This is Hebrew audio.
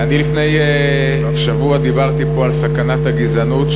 לפני שבוע דיברתי פה על סכנת הגזענות,